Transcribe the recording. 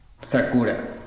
Sakura